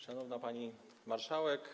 Szanowna Pani Marszałek!